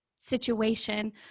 situation